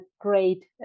great